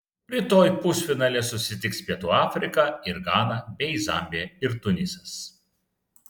rytoj pusfinalyje susitiks pietų afrika ir gana bei zambija ir tunisas